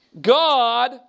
God